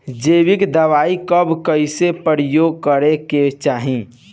जैविक दवाई कब कैसे प्रयोग करे के चाही?